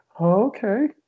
Okay